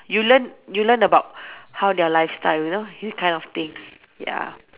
you learn you learn about how their lifestyle you know kind of thing ya